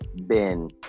Ben